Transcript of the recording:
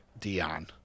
dion